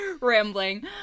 rambling